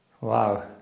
Wow